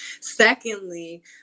Secondly